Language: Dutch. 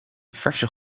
verse